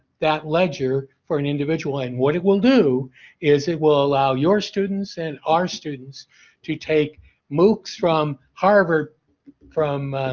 that ledger for an individual and what it will do is it will allow your students and our students to take books from harvard from